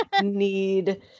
need